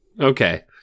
Okay